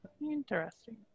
Interesting